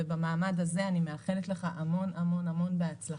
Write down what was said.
במעמד הזה אני מאחלת לך המון בהצלחה,